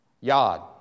yod